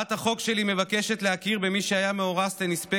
הצעת החוק שלי מבקשת להכיר במי שהיה מאורס לנספה